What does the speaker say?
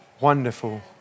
wonderful